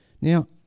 Now